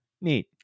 Neat